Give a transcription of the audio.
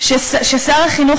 ששר החינוך,